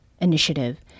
Initiative